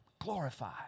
Glorified